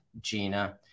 Gina